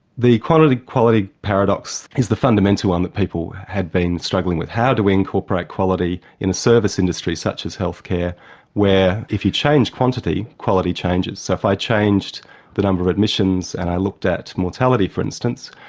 the quality quality paradox is the fundamental one that people had been struggling with. how do we incorporate quality in a service industry such as healthcare where, if you change quantity, quality changes? so if i changed the number of admissions and i looked at mortality, for instance,